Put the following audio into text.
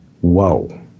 Whoa